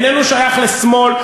איננו שייך לשמאל,